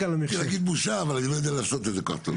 רציתי להגיד בושה אבל אני לא יודע לעשות את זה כל כך טוב.